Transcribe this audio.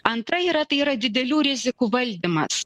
antra yra tai yra didelių rizikų valdymas